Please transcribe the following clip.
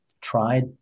tried